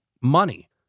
money